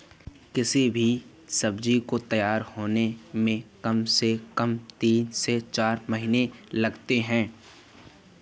किसी भी सब्जी को तैयार होने में कम से कम तीन से चार महीने लगते हैं